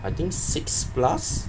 I think six plus